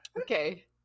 Okay